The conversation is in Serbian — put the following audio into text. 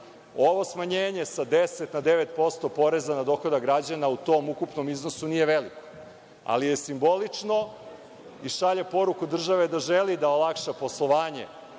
smanjenje sa 10% na 9% poreza na dohodak građana u tom ukupnom iznosu nije veliko, ali je simbolično i šalje poruku države da želi da olakša poslovanje